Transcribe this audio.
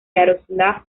yaroslav